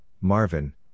Marvin